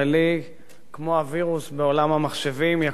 כמו הווירוס בעולם המחשבים, יכה בקואליציה.